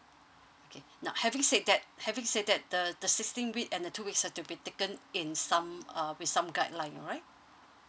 okay now having said that having said that the the sixteen week and the two weeks have to be taken in some uh with some guideline alright